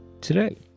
today